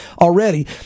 already